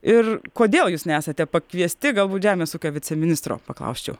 ir kodėl jūs nesate pakviesti galbūt žemės ūkio viceministro paklausčiau